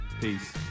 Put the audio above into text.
Peace